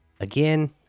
again